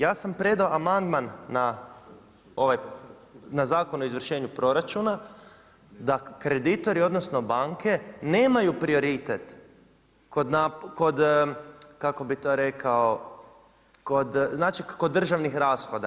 Ja sam predao amandman na Zakon o izvršenju proračuna da kreditori odnosno banke nemaju prioritet kod kako bih to rekao znači kod državnih rashoda.